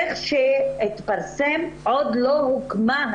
כפי שהתפרסם, היחידה עדיין לא הוקמה.